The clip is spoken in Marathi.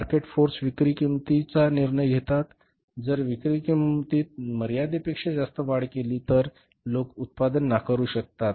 मार्केट फोर्स विक्री किंमतीचा निर्णय घेतात जर विक्री किंमतीत मर्यादेपेक्षा जास्त वाढ केली तर लोक उत्पादन नाकारू शकतात